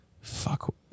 Fuck